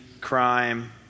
crime